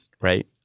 right